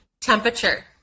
temperature